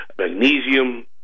magnesium